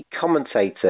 Commentator